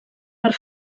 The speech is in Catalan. per